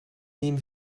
nehmen